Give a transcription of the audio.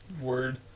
word